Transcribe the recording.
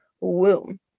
womb